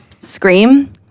Scream